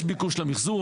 יש ביקוש למחזור.